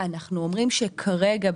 אנחנו אומרים שכרגע,